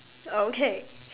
okay